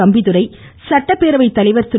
தம்பிதுரை சட்டப்பேரவை தலைவர் திரு